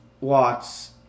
Watts